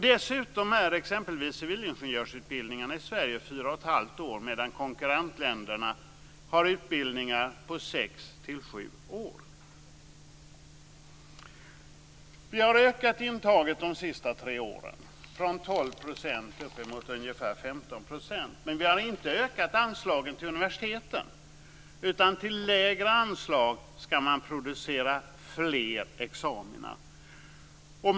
Dessutom är exempelvis civilingenjörsutbildningen i Sverige 4 1⁄2 år medan konkurrentländerna har utbildningar på sex-sju år. Till lägre anslag ska man producera fler examina.